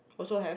also have